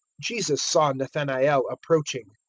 jesus saw nathanael approaching,